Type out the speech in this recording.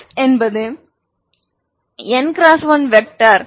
X என்பது n x 1 vector